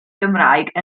gymraeg